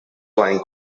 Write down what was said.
flying